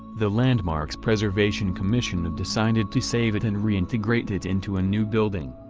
the landmarks preservation commission and decided to save it and re-integrate it into a new building.